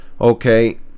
okay